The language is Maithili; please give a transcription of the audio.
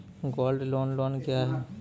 गोल्ड लोन लोन क्या हैं?